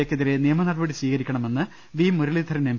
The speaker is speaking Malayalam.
എ ക്കെതിരെ നിയമ നടപടി സ്വീകരി ക്കണമെന്ന് വി മുരളീധരൻ എം